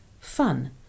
fun